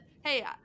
hey